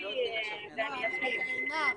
עינב.